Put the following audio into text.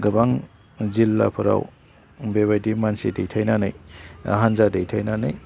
गोबां जिल्लाफ्राव बेबायदि मानसि दैथायनानै हान्जा दैथायनानै